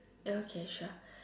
okay sure